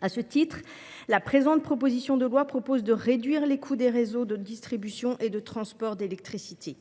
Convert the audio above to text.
À ce titre, la proposition de loi prévoit de réduire les coûts des réseaux de distribution et de transport d’électricité.